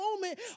moment